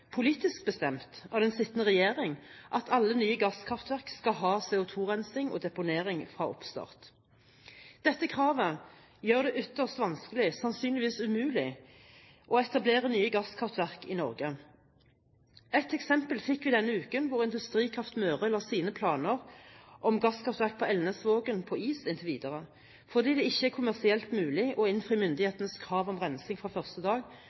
politisk bestemt av den sittende regjering at alle nye gasskraftverk skal ha CO2-rensing og deponering fra oppstart. Dette kravet gjør det ytterst vanskelig, sannsynligvis umulig, å etablere nye gasskraftverk i Norge. Et eksempel fikk vi denne uken da Industrikraft Møre la sine planer om gasskraftverk på Elnesvågen på is inntil videre fordi det ikke er kommersielt mulig å innfri myndighetenes krav om rensing fra første dag